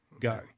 Go